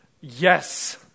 yes